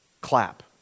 clap